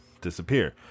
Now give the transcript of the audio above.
disappear